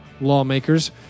lawmakers